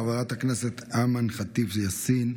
חברת הכנסת אימאן ח'טיב יאסין,